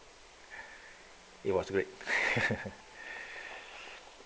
it was great